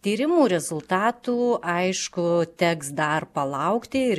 tyrimų rezultatų aišku teks dar palaukti ir